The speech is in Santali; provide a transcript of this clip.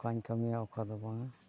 ᱚᱠᱟᱧ ᱠᱟᱹᱢᱤᱭᱟ ᱚᱠᱟ ᱫᱚ ᱵᱟᱝᱟ